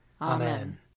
Amen